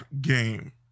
game